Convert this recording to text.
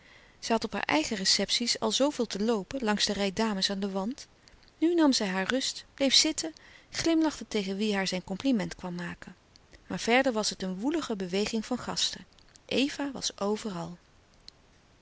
had op hare eigen receptie's al zooveel te loopen langs de rei dames aan den wand nu nam zij haar rust bleef zitten glimlachte tegen wie haar zijn compliment kwam maken maar verder was het een woelige beweging van gasten eva was overal